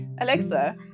Alexa